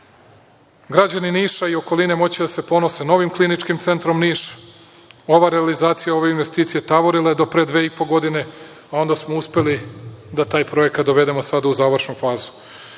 građani Niša i okoline moći će da se ponose novim Kliničkim centrom Niš. Realizacija ove investicije tavorila je do pre dve i po godine, a onda smo uspeli da taj projekat dovedemo u završnu fazu.